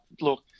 look